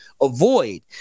avoid